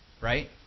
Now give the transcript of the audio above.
Right